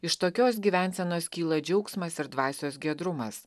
iš tokios gyvensenos kyla džiaugsmas ir dvasios giedrumas